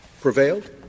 prevailed